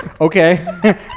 Okay